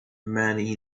money